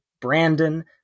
Brandon